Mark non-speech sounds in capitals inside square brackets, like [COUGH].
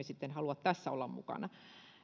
[UNINTELLIGIBLE] sitten halua tässä olla mukana